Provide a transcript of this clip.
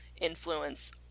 influence